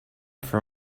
for